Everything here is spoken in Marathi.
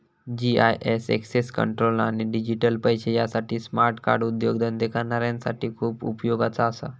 जी.आय.एस एक्सेस कंट्रोल आणि डिजिटल पैशे यासाठी स्मार्ट कार्ड उद्योगधंदे करणाऱ्यांसाठी खूप उपयोगाचा असा